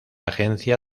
agencia